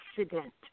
accident